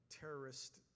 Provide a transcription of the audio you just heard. terrorist